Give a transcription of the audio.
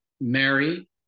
Mary